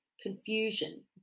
confusion